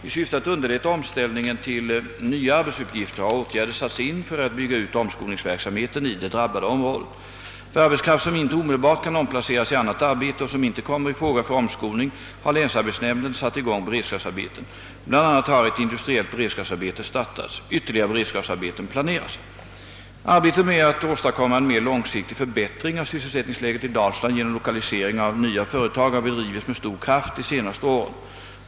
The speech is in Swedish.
I syfte att underlätta omställningen till nya arbetsuppgifter har åtgärder satts in för att bygga ut omskolningsverksamheten i det drabbade området. För arbetskraft som inte omedelbart kan omplaceras i annat arbete och som inte kommer i fråga för omskolning har länsarbetsnämnden satt i gång beredskapsarbeten. Bl. a. har ett industriellt beredskapsarbete startats. Ytterligare beredskapsarbeten planeras. Arbetet med att åstadkomma en mer långsiktig förbättring av sysselsättningsläget i Dalsland genom lokalisering av nya företag har bedrivits med stor kraft de senaste åren.